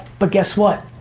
but guess what?